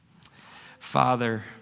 Father